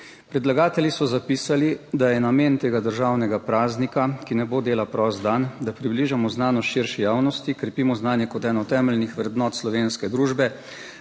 Predlagatelji so zapisali, da je namen tega državnega praznika, ki ne bo dela prost dan, da približamo znanost širši javnosti, krepimo znanje kot eno temeljnih vrednot slovenske družbe,